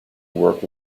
work